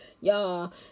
y'all